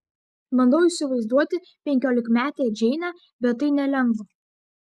bandau įsivaizduoti penkiolikmetę džeinę bet tai nelengva